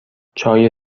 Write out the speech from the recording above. چای